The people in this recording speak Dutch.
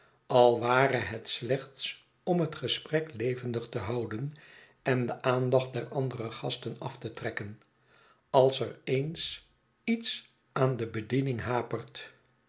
al ware het slechts om het gesprek levendig te houden en de aandacht der andere gasten af te trekken als er eens lets aan de bediening hapert